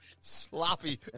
sloppy